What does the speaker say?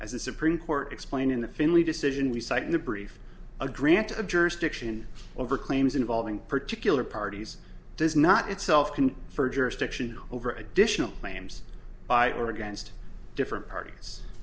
as the supreme court explained in the finley decision reciting the brief a grant of jurisdiction over claims involving particular parties does not itself can for jurisdiction over additional claims by or against different parties